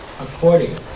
according